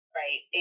right